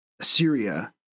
Assyria